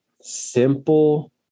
Simple